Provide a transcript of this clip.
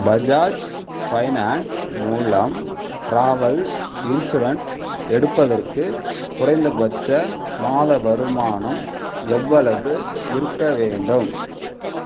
Bajaj finance மூலம் travel insurance எடுப்பதற்கு குறைந்தபட்ச மாத வருமானம் எவ்வளவு இருக்கவேண்டும்